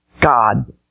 God